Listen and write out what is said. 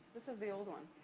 this is the old one,